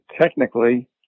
technically